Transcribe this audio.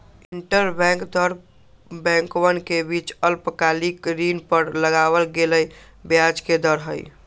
interbank दर बैंकवन के बीच अल्पकालिक ऋण पर लगावल गेलय ब्याज के दर हई